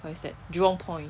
what is that jurong point